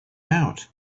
out